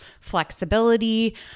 flexibility